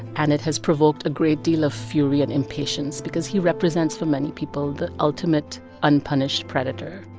and it has provoked a great deal of fury and impatience because he represents, for many people, the ultimate unpunished predator